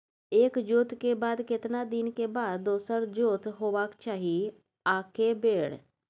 एक जोत के बाद केतना दिन के बाद दोसर जोत होबाक चाही आ के बेर?